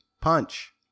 punch